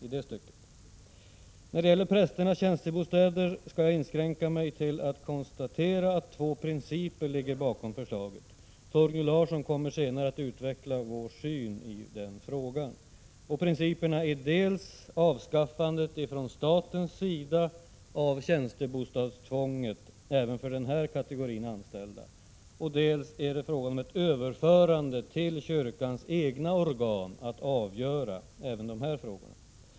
När det gäller prästernas tjänstebostäder kan jag inskränka mig till att konstatera att två principer ligger bakom förslaget. Torgny Larsson kommer senare att utveckla vår syn i den frågan. Principerna är dels avskaffande från statens sida av tjänstebostadstvånget även för denna kategori anställda, dels överförande till kyrkans egna organ att avgöra även dessa frågor.